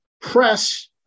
Press